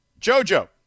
JoJo